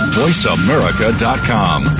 voiceamerica.com